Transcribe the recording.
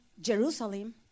Jerusalem